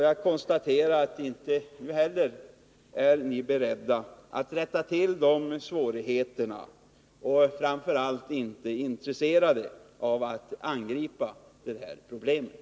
Jag konstaterar att ni inte nu heller är beredda att försöka rätta till detta och framför allt inte är intresserade av att angripa problemet.